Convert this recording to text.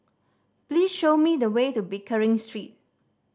please show me the way to Pickering Street